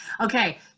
okay